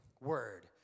word